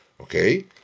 Okay